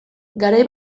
garai